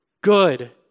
good